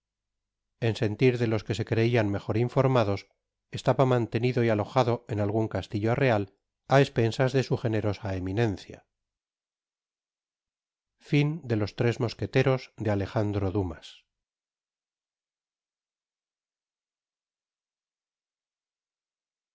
en sentir de los que se creian mejor informados estaba mantenido y alojado en algun castillo real á espensas de su jenerosa eminencia